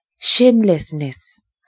shamelessness